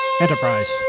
Enterprise